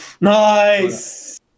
Nice